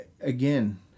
again